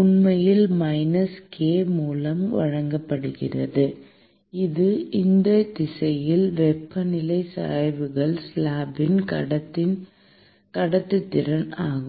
உண்மையில் minus K மூலம் வழங்கப்படுகிறது இது அந்தத் திசையில் வெப்பநிலை சாய்வுக்குள் ஸ்லாப்பின் கடத்துத்திறன் ஆகும்